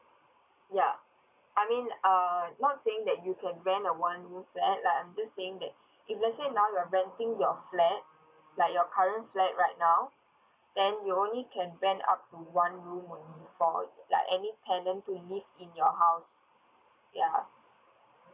ya I mean uh not saying that you can rent a one room flat like I'm just saying that if let's say now you're renting your flat like your current flat right now then you only can rent out to one room only for like any tenant to live in your house ya